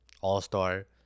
all-star